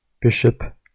bishop